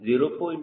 4 0